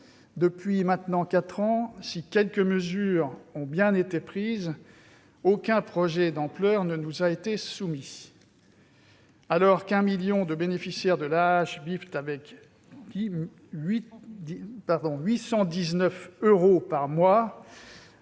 depuis maintenant quatre ans, si quelques mesures ont bien été prises, aucun projet d'ampleur ne nous a été soumis. Alors qu'un million de bénéficiaires de l'AAH vivent avec 819 euros par mois,